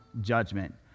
judgment